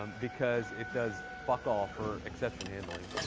um because it does fuck all for exception handling.